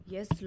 Yes